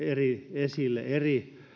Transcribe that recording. esille eri